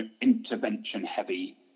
intervention-heavy